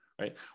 right